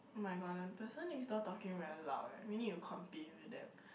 [oh]-my-god the person next door talking very loud eh we need to compete with them